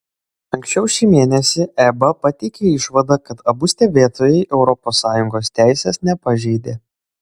anksčiau šį mėnesį eba pateikė išvadą kad abu stebėtojai europos sąjungos teisės nepažeidė